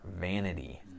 vanity